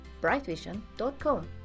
brightvision.com